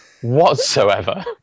whatsoever